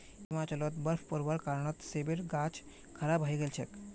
हिमाचलत बर्फ़ पोरवार कारणत सेबेर गाछ खराब हई गेल छेक